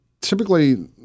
typically